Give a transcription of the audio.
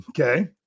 Okay